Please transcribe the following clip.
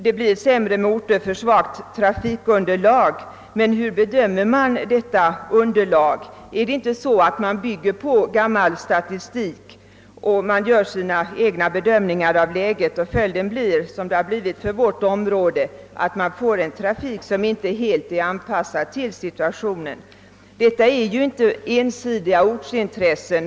Det blir sämre för orter med svagt trafikunderlag. Men hur bedöms detta underlag? Bygger man inte på gammal statistik, så att följden blir densamma som inom vårt område, nämligen en trafik som inte helt är anpassad till dagens situation? Det rör sig faktiskt inte om ensidiga ortsintressen.